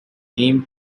aimed